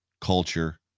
Culture